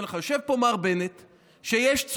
יושב פה מר בנט, חבר הכנסת כץ.